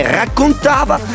raccontava